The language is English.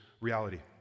reality